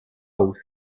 house